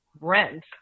rent